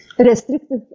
Restrictive